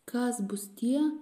kas bus tie